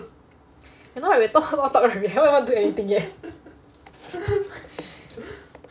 you know right we talk talk talk talk right we haven't even do anything yet